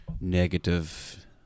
Negative